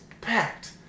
packed